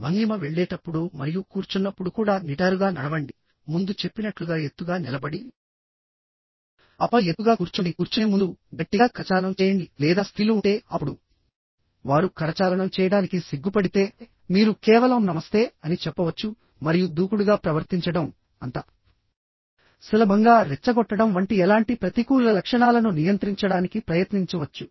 భంగిమ వెళ్ళేటప్పుడు మరియు కూర్చున్నప్పుడు కూడా నిటారుగా నడవండి ముందు చెప్పినట్లుగా ఎత్తుగా నిలబడి ఆపై ఎత్తుగా కూర్చోండి కూర్చునే ముందుగట్టిగా కరచాలనం చేయండి లేదా స్త్రీలు ఉంటే అప్పుడు వారు కరచాలనం చేయడానికి సిగ్గుపడితే మీరు కేవలం నమస్తే అని చెప్పవచ్చు మరియు దూకుడుగా ప్రవర్తించడంఅంత సులభంగా రెచ్చగొట్టడం వంటి ఎలాంటి ప్రతికూల లక్షణాలను నియంత్రించడానికి ప్రయత్నించవచ్చు